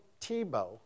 Tebow